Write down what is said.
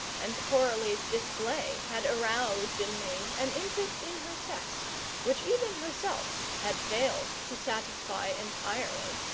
and coralie's display had aroused in me an interest in her sex which even herself had failed to satisfy entirely.